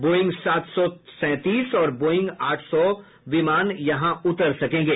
Boeing सात सौ सैंतीस और बोईंग आठ सौ विमान यहां उतर सकेंगे